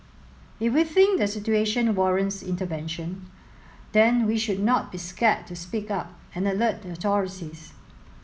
if we think the situation warrants intervention then we should not be scared to speak up and alert the authorities